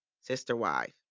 sister-wife